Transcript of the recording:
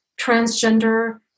transgender